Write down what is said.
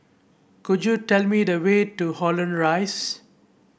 could you tell me the way to Holland Rise